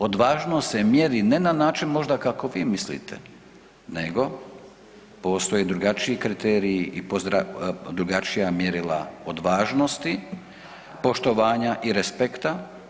Odvažnost se mjeri, ne na način možda kako vi mislite nego postoje drugačiji kriteriji i drugačija mjerila odvažnosti, poštovanja i respekta.